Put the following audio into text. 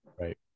Right